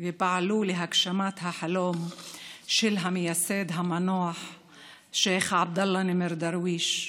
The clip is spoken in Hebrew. ופעלו להגשמת החלום של המייסד המנוח שייח' עבדאללה נימר דרוויש,